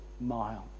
mile